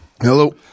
Hello